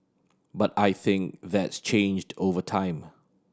but I think that's changed over time